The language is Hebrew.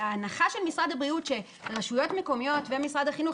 ההנחה של משרד הבריאות שרשויות מקומיות ומשרד החינוך,